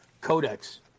Codex